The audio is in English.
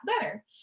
better